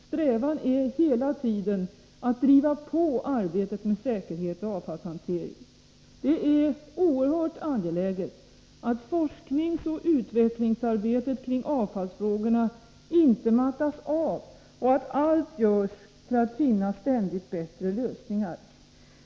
Strävan är hela tiden att driva på arbetet med säkerheten och avfallshanteringen. Det är oerhört angeläget att forskningsoch utvecklingsarbetet kring avfallsfrågornainte mattas av och att allt görs för att finna ständigt bättre lösningar.